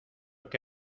que